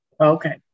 Okay